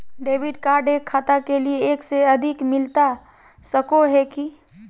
Debit card एक खाता के लिए एक से अधिक मिलता सको है की?